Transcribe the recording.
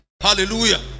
hallelujah